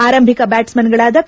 ಆರಂಭಿಕ ಬ್ಚಾಟ್ಸ್ಮನ್ಗಳಾದ ಕೆ